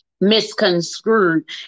misconstrued